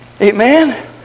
Amen